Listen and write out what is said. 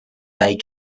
bay